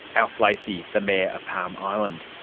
alf lacey, the mayor of palm island.